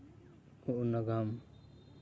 ᱠᱚ ᱱᱟᱜᱟᱢ